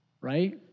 Right